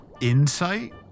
Insight